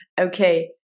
Okay